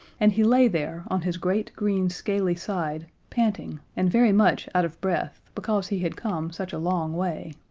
and he lay there on his great green scaly side, panting, and very much out of breath, because he had come such a long way.